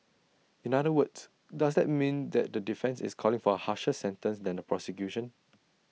in other words does that mean that the defence is calling for A harsher sentence than the prosecution